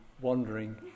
wandering